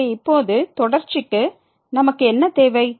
எனவே இப்போது தொடர்ச்சிக்கு நமக்கு என்ன தேவை